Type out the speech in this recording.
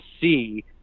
see